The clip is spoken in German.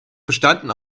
bestanden